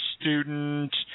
student